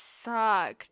sucked